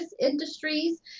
industries